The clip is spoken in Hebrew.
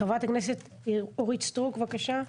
חברת הכנסת אורית סטרוק, בבקשה.